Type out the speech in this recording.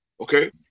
Okay